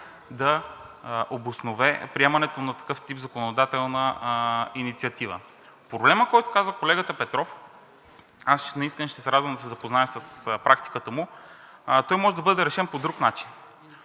да обоснове приемането на такъв тип законодателна инициатива. Проблемът, който каза колегата Петров, аз наистина ще се радвам да се запозная с практиката му, той може да бъде решен по друг начин.